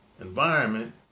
environment